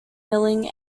milling